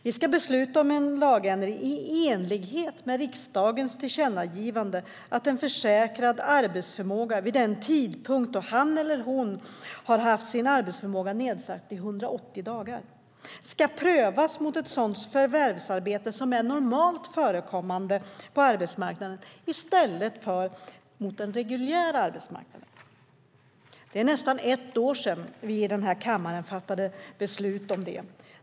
Vi ska besluta om en lagändring i enlighet med riksdagens tillkännagivande att en försäkrads arbetsförmåga vid den tidpunkt då han eller hon har haft sin arbetsförmåga nedsatt i 180 dagar ska prövas mot sådant förvärvsarbete som är normalt förekommande på arbetsmarknaden i stället för mot den reguljära arbetsmarknaden. Det är nästan ett år sedan vi i denna kammare fattade beslut om det.